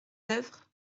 œuvre